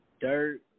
Dirt